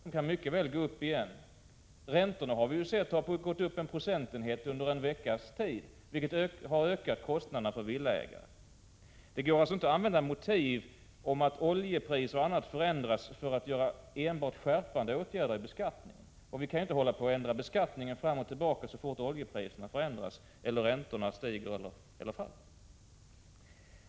Det kan mycket väl hända att de går upp igen. Räntorna har gått upp en procentenhet under en veckas tid, vilket har ökat kostnaderna för villaägare. Det går alltså inte att använda motivet att oljepriserna och räntan ändrats för att vidta åtgärder för att skärpa beskattningen. Vi kan inte hålla på att ändra beskattningen fram och tillbaka så fort oljepriserna förändras eller räntorna stiger eller faller.